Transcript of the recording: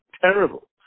terrible